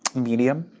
medium?